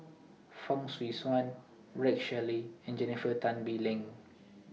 Fong Swee Suan Rex Shelley and Jennifer Tan Bee Leng